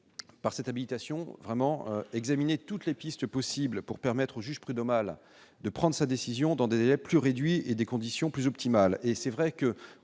par cette habitation vraiment examiné toutes les pistes possibles pour permettre au juge prud'homal de prendre sa décision dans des délais plus réduits et des conditions plus optimale et c'est vrai que on